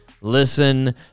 listen